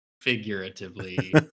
figuratively